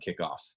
kickoff